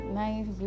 nice